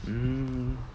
mm